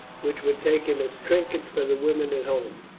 which were taken as trinkets for the women at home,